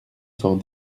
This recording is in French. cent